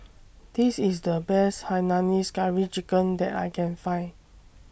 This IS The Best Hainanese Curry Chicken that I Can Find